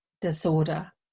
disorder